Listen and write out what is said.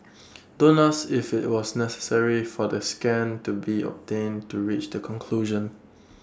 don't ask if IT was necessary for the scan to be obtained to reach the conclusion